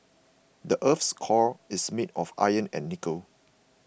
the earth's core is made of iron and nickel